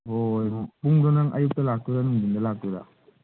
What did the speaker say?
ꯍꯣ ꯍꯣ ꯍꯣꯏ ꯄꯨꯡꯗꯣ ꯅꯪ ꯑꯌꯨꯛꯇ ꯂꯥꯛꯇꯣꯏꯔ ꯅꯨꯡꯊꯤꯟꯗ ꯂꯥꯛꯇꯣꯏꯔ